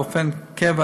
באופן קבוע,